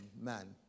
man